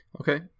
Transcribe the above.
okay